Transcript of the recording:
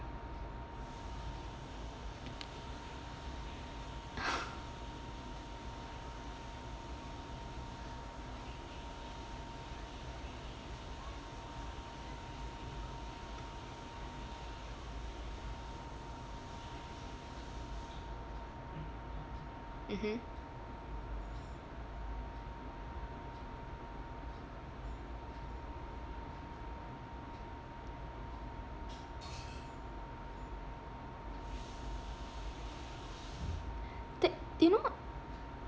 mmhmm ti~ you know